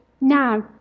now